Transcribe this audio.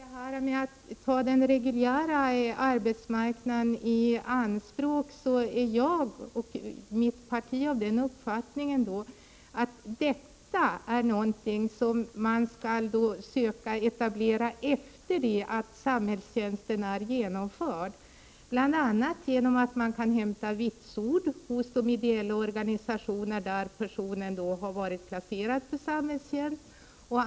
Herr talman! När det gäller detta med att ta den reguljära arbetsmarknaden i anspråk är jag och mitt parti av den uppfattningen att den kontakten är någonting som man skall söka etablera efter det att samhällstjänsten är genomförd. Det går bl.a. att hämta vitsord från de ideella organisationer där personen i fråga har varit placerad för samhällstjänst.